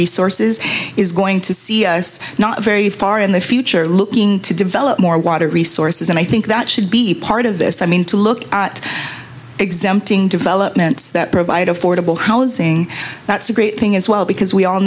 resources is going to see us not very far in the future looking to develop more water resources and i think that should be part of this i mean to look at exempting developments that provide affordable housing that's a great thing as well because we all